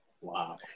Wow